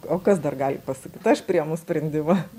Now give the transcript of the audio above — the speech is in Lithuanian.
o kas dar gali pasakyt aš priėmu sprendimą